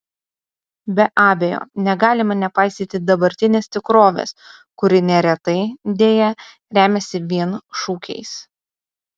be abejo negalime nepaisyti dabartinės tikrovės kuri neretai deja remiasi vien šūkiais